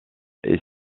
est